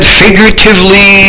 figuratively